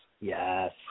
Yes